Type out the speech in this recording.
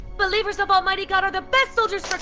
believers of almighty god are the best soldiers for